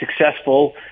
successful